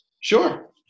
Sure